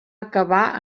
acabar